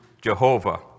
Jehovah